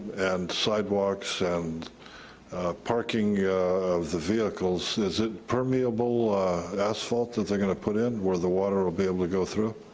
and sidewalks and parking of the vehicles, is it permeable asphalt that they're gonna put in, where the water will be able to go through?